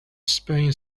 spain